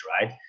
right